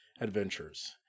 adventures